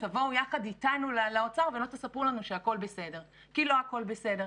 תבואו יחד איתנו לאוצר ולא תספרו לנו שהכול בסדר כי לא הכול בסדר,